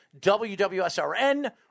WWSRN